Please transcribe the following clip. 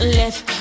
left